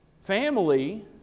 family